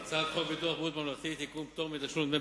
אדוני היושב-ראש, חברי